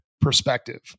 perspective